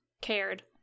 cared